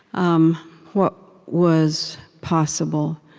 um what was possible.